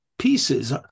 pieces